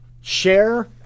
share